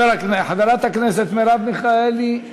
חברת הכנסת מרב מיכאלי,